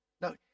No